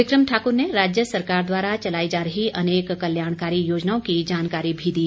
बिक्रम ठाक्र ने राज्य सरकार द्वारा चलाई जा रही अनेक कल्याणकारी योजनाओं की जानकारी भी दी